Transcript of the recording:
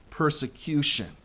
persecution